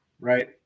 right